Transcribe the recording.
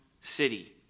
city